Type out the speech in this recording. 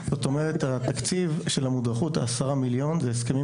זאת אומרת התקציב של המודרכות 10 מיליון זה הסכמים